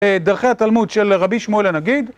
דרכי התלמוד של רבי שמואל הנגיד